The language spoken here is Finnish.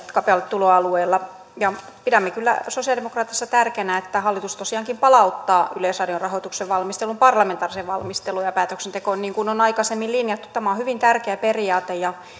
kapealle tuloalueelle pidämme kyllä sosialidemokraateissa tärkeänä että hallitus tosiaankin palauttaa yleisradion rahoituksen valmistelun parlamentaariseen valmisteluun ja päätöksentekoon niin kuin on aikaisemmin linjattu tämä on hyvin tärkeä periaate ja